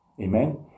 Amen